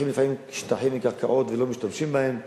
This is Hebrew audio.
לוקחים לפעמים שטחים וקרקעות ולא משתמשים בהם,